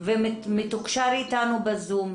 של הבטיחות, שמתעסק בבטיחות ירחיב על כך.